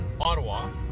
Ottawa